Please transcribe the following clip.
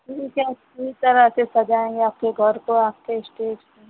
ठीक है अच्छी तरह से सजाएँगे आपके घर को आपके स्टेट को